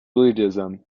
buddhism